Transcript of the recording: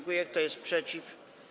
Kto jest przeciw?